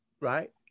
right